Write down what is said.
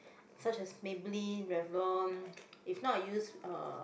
such as Maybelline Revlon if not I use uh